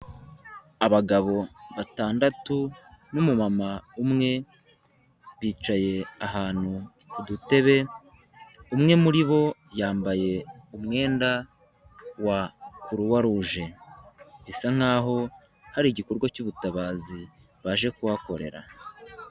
Abagabo batandatu n'umumama umwe bicaye ahantu kudutebe, umwe muri bo yambaye umwenda wa kuruwa ruje bisa nk'aho hari igikorwa cy'ubutabazi baje kuhakorera.